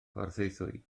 porthaethwy